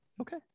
Okay